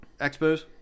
Expos